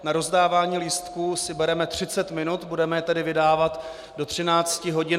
Na rozdávání lístků si bereme třicet minut, budeme je tedy vydávat do 13.25 hodin.